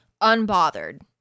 Unbothered